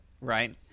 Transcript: right